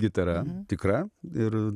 gitara tikra ir